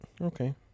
okay